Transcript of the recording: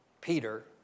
Peter